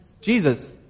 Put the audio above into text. Jesus